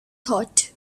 thought